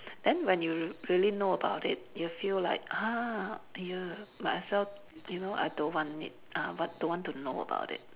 then when you really know about it you feel like ah you might as well you know I don't want it ah what don't want to know about it